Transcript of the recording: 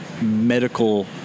medical